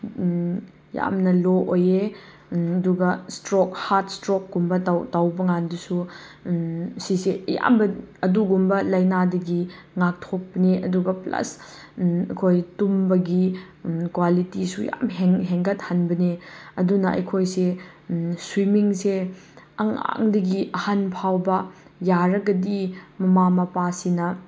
ꯌꯥꯝꯅ ꯂꯣ ꯑꯣꯏꯌꯦ ꯑꯗꯨꯒ ꯁ꯭ꯇ꯭ꯔꯣꯛ ꯍꯥꯔꯠ ꯁ꯭ꯇ꯭ꯔꯣꯛꯀꯨꯝꯕ ꯇꯧꯕꯀꯥꯟꯗꯁꯨ ꯁꯤꯁꯦ ꯑꯌꯥꯝꯕ ꯑꯗꯨꯒꯨꯝꯕ ꯂꯩꯅꯥꯗꯒꯤ ꯉꯥꯛꯊꯣꯛꯄꯅꯦ ꯑꯗꯨꯒ ꯄ꯭ꯂꯁ ꯑꯩꯈꯣꯏ ꯇꯨꯝꯕꯒꯤ ꯀ꯭ꯋꯥꯂꯤꯇꯤꯁꯨ ꯌꯥꯝ ꯍꯦꯟꯒꯠꯍꯟꯕꯅꯦ ꯑꯗꯨꯅ ꯑꯩꯈꯣꯏꯁꯦ ꯁ꯭ꯋꯤꯃꯤꯡꯁꯦ ꯑꯉꯥꯡꯗꯒꯤ ꯑꯍꯟꯐꯥꯎꯕ ꯌꯥꯔꯒꯗꯤ ꯃꯃꯥ ꯃꯄꯥꯁꯤꯅ